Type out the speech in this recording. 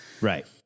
Right